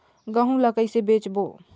गहूं ला कइसे बेचबो?